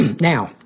Now